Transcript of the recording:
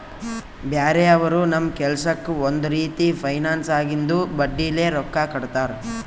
ಬ್ಯಾರೆ ಅವರು ನಮ್ ಕೆಲ್ಸಕ್ಕ್ ಒಂದ್ ರೀತಿ ಫೈನಾನ್ಸ್ದಾಗಿಂದು ಬಡ್ಡಿಲೇ ರೊಕ್ಕಾ ಕೊಡ್ತಾರ್